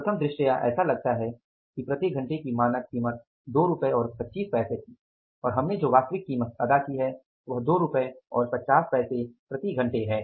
प्रथम दृष्ट्या ऐसा लगता है कि प्रति घंटे की मानक कीमत 2 रुपये और 25 पैसे थी और हमने जो वास्तविक कीमत अदा की है वह 2 रुपये और 50 पैसे प्रति घंटे है